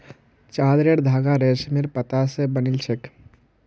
चादरेर धागा रेशमेर पत्ता स बनिल छेक